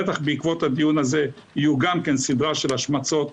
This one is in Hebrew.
בטח בעקבות הדיון הזה יהיו סדרה של השמצות